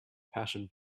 passion